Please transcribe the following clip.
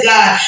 God